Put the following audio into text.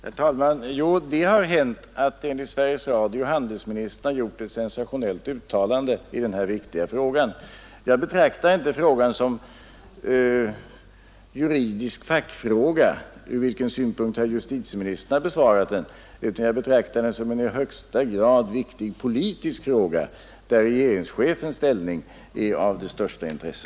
Herr talman! Jo, det har hänt att enligt Sveriges Radio handelsministern har gjort ett sensationellt uttalande i den här viktiga frågan. Jag betraktar inte frågan som juridisk fackfråga, ur vilken synpunkt herr justitieministern har besvarat den, utan jag betraktar den som en i högsta grad viktig politisk fråga, där regeringschefens inställning är av största intresse.